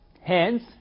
Hence